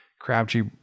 Crabtree